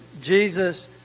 Jesus